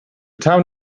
town